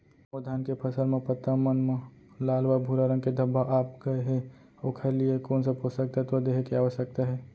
मोर धान के फसल म पत्ता मन म लाल व भूरा रंग के धब्बा आप गए हे ओखर लिए कोन स पोसक तत्व देहे के आवश्यकता हे?